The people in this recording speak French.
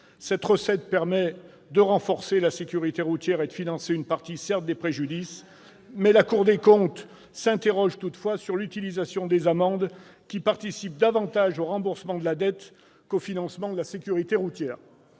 Cette recette permet de renforcer la sécurité routière et, certes, de financer une partie des préjudices. La Cour des comptes s'interroge toutefois sur l'utilisation des amendes, qui participent davantage au remboursement de la dette qu'au financement de la sécurité routière.